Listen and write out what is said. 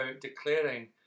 declaring